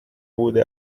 بوده